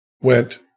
went